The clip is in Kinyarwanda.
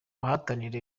bahatanira